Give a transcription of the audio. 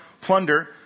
plunder